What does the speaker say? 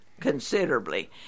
considerably